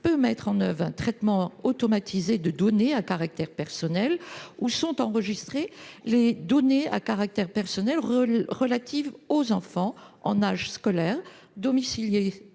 peut mettre en oeuvre un traitement automatisé de données à caractère personnel, où sont enregistrées les données à caractère personnel relatives aux enfants en âge scolaire domiciliés